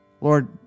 Lord